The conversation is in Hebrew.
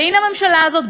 והנה הממשלה הזאת,